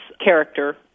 character